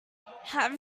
have